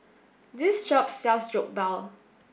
this shop sells Jokbal